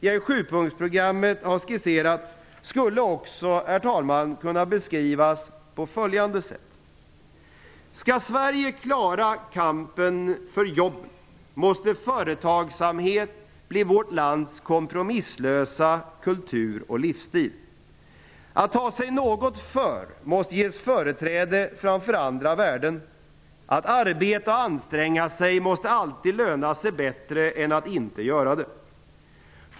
Den politik jag här har skissat skulle också kunna beskrivas på följande sätt. Skall Sverige klara kampen för jobben måste företagsamhet bli vårt lands kompromisslösa kultur och livsstil. Att ta sig något för måste ges företräde framför andra värden. Att arbeta och anstränga sig måste alltid löna sig bättre än att inte göra det.